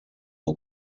aux